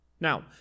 Now